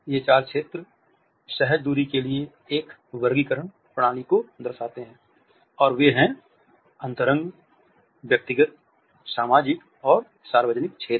ये चार क्षेत्र सहज दूरी के लिए एक वर्गीकरण प्रणाली को दर्शाती है और वे है अंतरंग व्यक्तिगत सामाजिक और सार्वजनिक क्षेत्र